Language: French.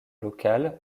local